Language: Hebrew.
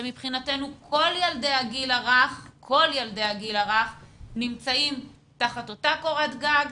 מבחינתנו כל ילדי הגיל הרך נמצאים תחת אותה קורת גג,